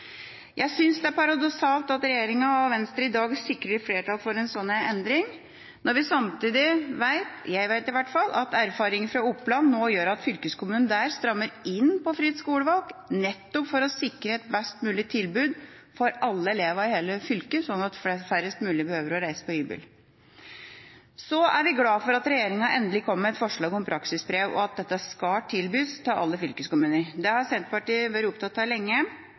Jeg synes det er paradoksalt at regjeringa og Venstre i dag sikrer flertall for en slik endring, når vi samtidig vet – jeg vet i hvert fall – at erfaringer fra Oppland nå gjør at fylkeskommunen strammer inn på fritt skolevalg nettopp for å sikre et best mulig tilbud for alle elevene i hele fylket, slik at færrest mulig behøver å bo på hybel. Så er vi glad for at regjeringa endelig kommer med et forslag om praksisbrev, og at dette skal tilbys av alle fylkeskommuner. Dette har Senterpartiet vært opptatt av lenge.